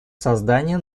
создания